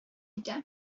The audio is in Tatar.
итә